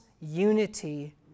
unity